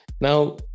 Now